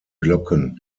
glocken